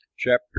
CHAPTER